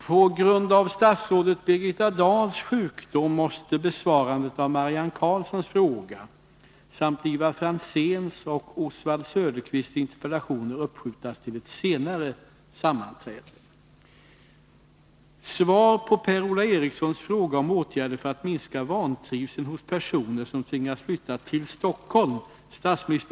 På grund av statsrådet Birgitta Dahls sjukdom måste besvarandet av Marianne Karlssons fråga samt Ivar Franzéns och Oswald Söderqvists interpellationer uppskjutas till ett senare sammanträde.